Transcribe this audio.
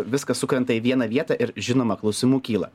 viskas sukrenta į vieną vietą ir žinoma klausimų kyla